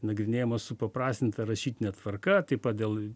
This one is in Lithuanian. nagrinėjamos supaprastinta rašytine tvarka taip pat dėl